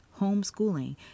homeschooling